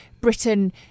Britain